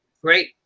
Great